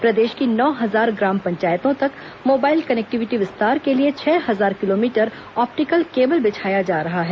प्रदेश की नौ हजार ग्राम पंचायतों तक मोबाइल कनेक्टिविटी विस्तार के लिए छह हजार किलोमीटर ऑप्टिकल केबल बिछाया जा रहा है